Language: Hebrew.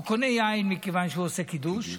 הוא קונה יין מכיוון שהוא עושה קידוש,